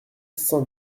cent